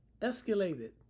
escalated